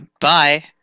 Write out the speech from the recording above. Bye